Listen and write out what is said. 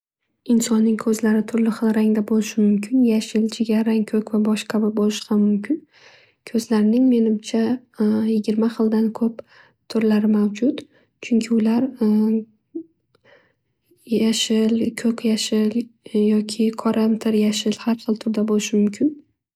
Insonning ko'zlari turli xil rangda bo'lishi mumkin. Yashil, jigarrang, ko'k va boshqa b ham bo'lishi mumkin. Ko'zlarning menimcha yigirma xildan ko'p turlari mavjud. Chunki ular yashil. Ko'k yashil yoki qoramtir yashil xar xil turda bo'lishi mumkin.